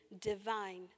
divine